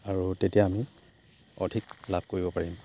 আৰু তেতিয়া আমি অধিক লাভ কৰিব পাৰিম